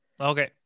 Okay